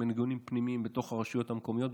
מנגנונים פנימיים בתוך הרשויות המקומיות,